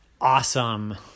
awesome